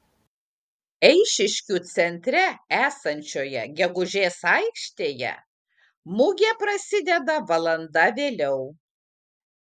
eišiškių centre esančioje gegužės aikštėje mugė prasideda valanda vėliau